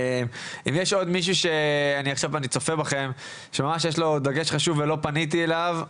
אם יש עוד מישהו שיש לו דגש חשוב ולא פניתי אליו,